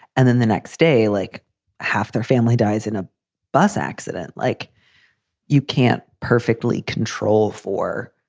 and then the next day, like half their family dies in a bus accident. like you can't perfectly control for.